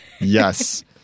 Yes